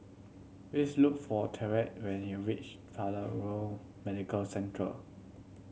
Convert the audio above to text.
please look for Tyreke when you reach Paragon Medical Centre